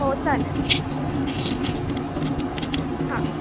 हो चालेल हां